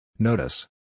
Notice